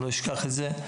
אני לא אשכח את זה,